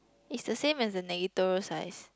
it's the same as the size